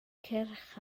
cyrch